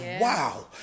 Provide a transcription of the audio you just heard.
wow